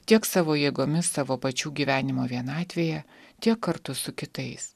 tiek savo jėgomis savo pačių gyvenimo vienatvėje tiek kartu su kitais